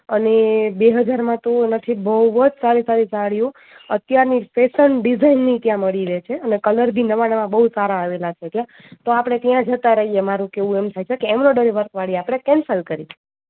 અને બે હજારમાં તો આનાથી બહુ જ સારી સારી સાડીઓ અત્યારની જ ફેશન ડિઝાઇનની ત્યાં મળી રહે છે અને કલર બી નવા નવા બહુ સારા આવેલા છે ત્યાં તો આપણે ત્યાં જતા રહીએ મારું કહેવું એમ થાય છે કે એમરોડરી વર્કવાળી આપણે કેન્સલ કરીએ